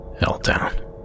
Helltown